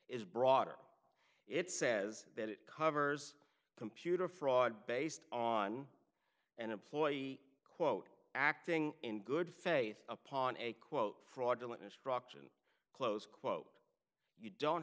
is broader it says that it covers computer fraud based on an employee quote acting in good faith upon a quote fraudulent instruction close quote you don't